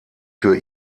für